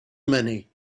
many